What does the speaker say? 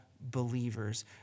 believers